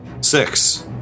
Six